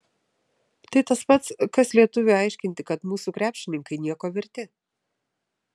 tai tas pats kas lietuviui aiškinti kad mūsų krepšininkai nieko verti